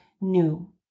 new